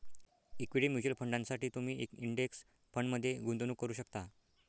equity mutual फंडांसाठी तुम्ही index फंडमध्ये गुंतवणूक करू शकता